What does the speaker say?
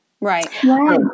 Right